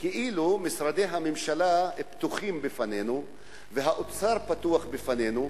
כאילו משרדי הממשלה פתוחים בפנינו והאוצר פתוח בפנינו,